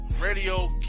radio